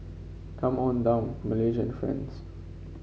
come on down Malaysian friends